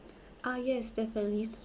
uh yes definitely